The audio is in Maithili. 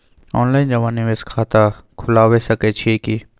ऑनलाइन जमा निवेश खाता खुलाबय सकै छियै की?